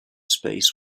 space